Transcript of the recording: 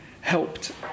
helped